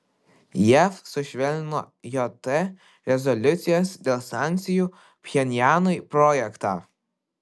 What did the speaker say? jav sušvelnino jt rezoliucijos dėl sankcijų pchenjanui projektą